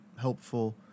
helpful